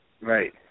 Right